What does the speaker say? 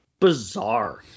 Bizarre